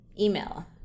email